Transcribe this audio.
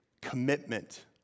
commitment